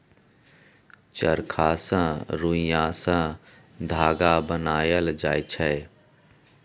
चरखा सँ रुइया सँ धागा बनाएल जाइ छै